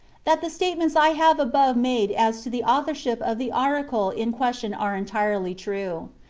that the statements i have above made as to the authorship of the article in question are entirely true.